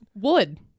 wood